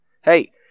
Hey